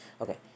Okay